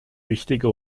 wichtige